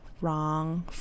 wrong